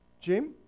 Jim